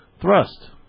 thrust